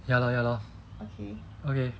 ya lor ya lor okay